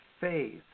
faith